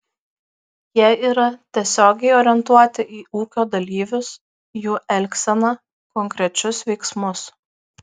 jie yra tiesiogiai orientuoti į ūkio dalyvius jų elgseną konkrečius veiksmus